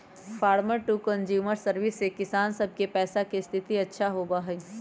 farmer to consumer service से किसान सब के पैसा के स्थिति अच्छा होबा हई